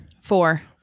Four